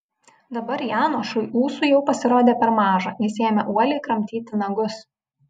dabar janošui ūsų jau pasirodė per maža jis ėmė uoliai kramtyti nagus